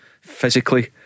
physically